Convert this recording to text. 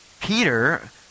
Peter